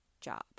job